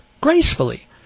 gracefully